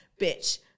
bitch